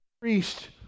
priest